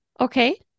okay